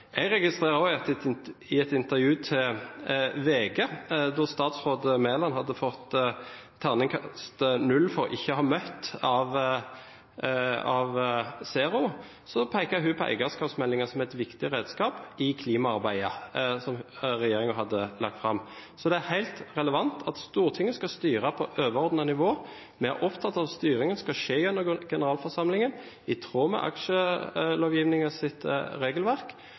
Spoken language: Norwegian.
Jeg registrerer også at i et intervju i VG, etter at statsråd Mæland hadde fått karakter null av Zero for ikke å ha møtt opp og levert noe til det grønne skiftet, peker statsråden på eierskapsmeldingen som et viktig redskap i klimaarbeidet som regjeringen har lagt fram. Så det er helt relevant at Stortinget skal styre på overordnet nivå. Vi er opptatt av at styringen skal skje gjennom generalforsamlingen i tråd med aksjelovgivningens regelverk.